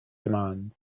demand